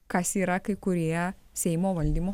kas yra kai kurie seimo valdymo